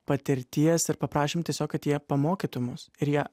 patirties ir paprašėm tiesiog kad jie pamokytų mus ir jie